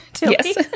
Yes